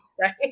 right